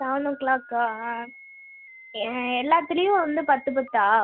seven ஓ க்ளாக்கா ஆ எ எல்லாத்துலேயும் வந்து பத்து பத்தா